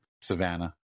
Savannah